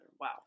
Wow